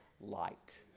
light